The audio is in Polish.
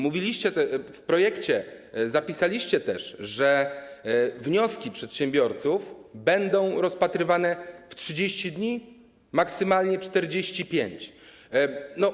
Mówiliście, w projekcie zapisaliście też, że wnioski przedsiębiorców będą rozpatrywane w 30 dni, maksymalnie w 45 dni.